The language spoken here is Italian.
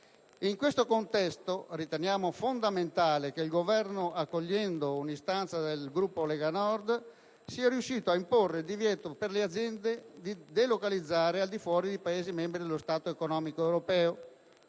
In questo contesto, riteniamo fondamentale che il Governo, accogliendo un'istanza del nostro Gruppo, sia riuscito a imporre il divieto per le aziende di delocalizzare le attività produttive al di fuori dei Paesi membri dello Spazio economico europeo,